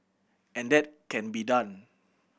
and that can be done